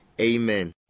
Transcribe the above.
Amen